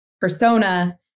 persona